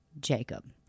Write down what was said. Jacob